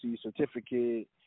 certificate